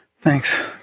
Thanks